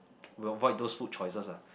we'll avoid those food choices ah